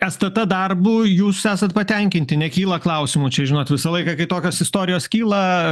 stt darbu jūs esat patenkinti nekyla klausimų čia žinot visą laiką kai tokios istorijos kyla